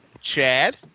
chad